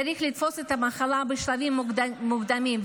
צריך לתפוס את המחלה בשלבים המוקדמים,